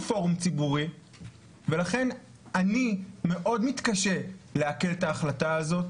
פורום ציבורי ולכן אני מאד מתקשה לעכל את ההחלטה הזו,